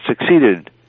succeeded